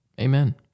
Amen